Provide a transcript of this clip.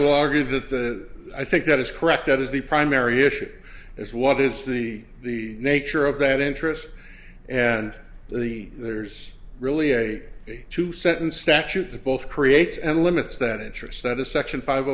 will argue that i think that is correct that is the primary issue is what is the the nature of that interest and the there's really a two sentence statute that both creates and limits that interest that a section five